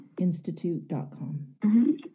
institute.com